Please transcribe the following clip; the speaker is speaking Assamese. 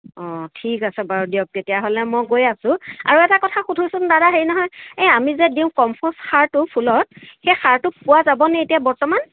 অঁ ঠিক আছে বাৰু দিয়ক তেতিয়াহ'লে মই গৈ আছোঁ আৰু এটা কথা সোধোচোন দাদা হেৰি নহয় এই আমি যে দিওঁ কম্পষ্ট সাৰটো ফুলত সেই সাৰটো পোৱা যাবনে এতিয়া বৰ্তমান